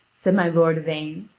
said my lord yvain,